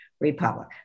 Republic